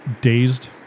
Dazed